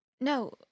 No